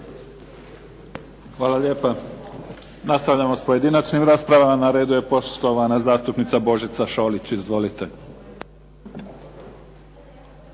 Hvala lijepa. Nastavljamo sa pojedinačnim raspravama, na redu poštovana zastupnica Božica Šolić. Izvolite.